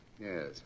Yes